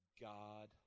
God